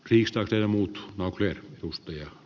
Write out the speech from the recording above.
riistanreja muut aukee tutkia